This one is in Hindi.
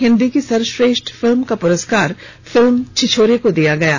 हिंदी की सर्वश्रेष्ठ फिल्म का प्रस्कार फिल्म छिछोरे को दिया गया है